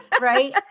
right